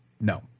No